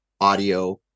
audio